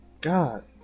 God